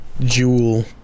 jewel